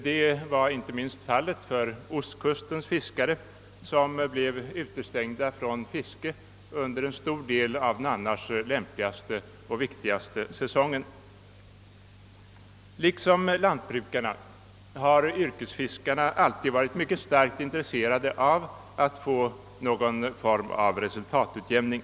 Detta är inte minst fallet för ostkustens fiskare, som blev utestängda från fiske under en stor del av den annars lämpligaste och viktigaste säsongen. Liksom lantbrukarna har yrkesfiskarna alltid varit mycket starkt intresserade av att få möjlighet till någon form av resultatutjämning.